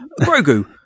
Grogu